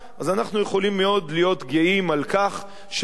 אנחנו יכולים להיות מאוד גאים על כך שפה